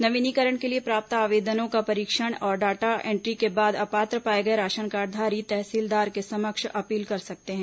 नवीनीकरण के लिए प्राप्त आवेदनों का परीक्षण और डाटा एंट्री के बाद अपात्र पाए गए राशन कार्डधारी तहसीलदार के समक्ष अपील कर सकते हैं